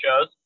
shows